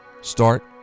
start